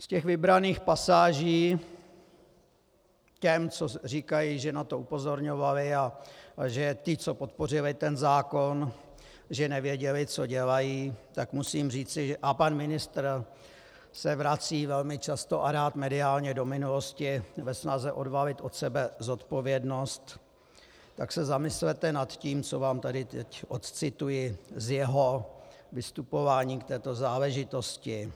Z těch vybraných pasáží těm, co říkají, že na to upozorňovali a že ti, co podpořili ten zákon, nevěděli, co dělají, tak musím říci, a pan ministr se vrací velmi často a rád mediálně do minulosti ve snaze odvalit od sebe zodpovědnost, tak se zamyslete nad tím, co vám tady teď odcituji z jeho vystupování k této záležitosti.